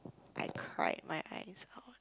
I cried my eyes out